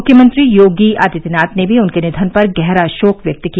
मुख्यमंत्री योगी आदित्यनाथ ने भी उनके निधन पर गहरा शोक व्यक्त किया